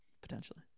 potentially